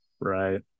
right